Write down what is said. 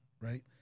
right